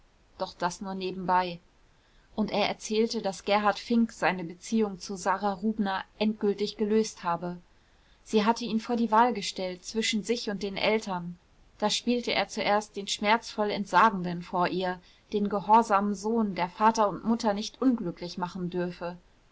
doch das nur nebenbei und er erzählte daß gerhard fink seine beziehungen zu sara rubner endgültig gelöst habe sie hatte ihn vor die wahl gestellt zwischen sich und den eltern da spielte er zuerst den schmerzvoll entsagenden vor ihr den gehorsamen sohn der vater und mutter nicht unglücklich machen dürfe